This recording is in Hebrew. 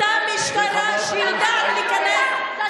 אותה משטרה שיודעת להיכנס במפגינים.